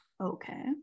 okay